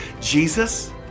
Jesus